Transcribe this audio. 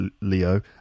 Leo